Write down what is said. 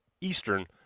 Eastern